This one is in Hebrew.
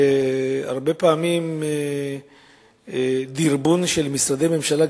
הרבה פעמים דרבון של משרדי ממשלה,